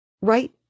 right